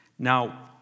Now